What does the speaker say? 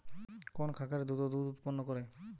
কোন খাকারে দ্রুত দুধ উৎপন্ন করে?